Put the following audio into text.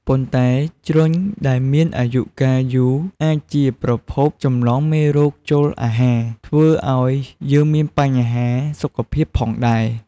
ប៉ុន្តែជ្រញ់ដែលមានអាយុកាលយូរអាចជាប្រភពចម្លងមេរោគចូលអាហារ ធ្វើឱ្យយើងមានបញ្ហាសុខភាពផងដែរ។